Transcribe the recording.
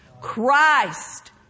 Christ